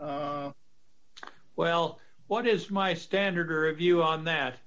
well what is my standard or a view on that